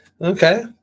Okay